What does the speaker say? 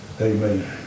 Amen